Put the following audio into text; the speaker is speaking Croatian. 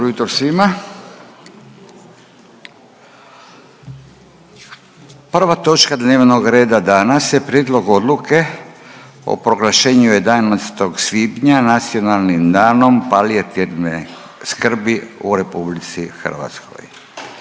glasovanje prijedlog odluke o proglašenju 11. svibnja Nacionalnim danom palijativne skrbi u Republici Hrvatskoj.